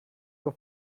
your